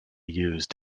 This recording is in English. used